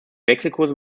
wechselkurse